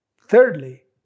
Thirdly